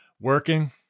working